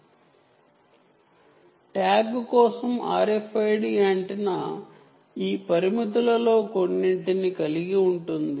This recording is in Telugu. RFID యాంటెన్నా యొక్క ట్యాగ్ కూడా ఈ పారామితులలో కొన్నింటిని కలిగి ఉంటుంది